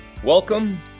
Welcome